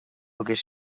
agus